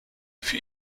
für